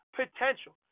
potential